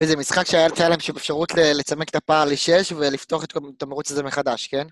וזה משחק שהייתה להם שם אפשרות לצמק את הפער ל-6 ולפתוח את המירוץ הזה מחדש, כן?